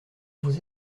vous